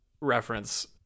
reference